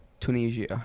Tunisia